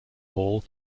hall